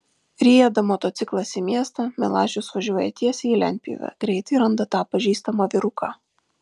rieda motociklas į miestą milašius važiuoja tiesiai į lentpjūvę greitai randa tą pažįstamą vyruką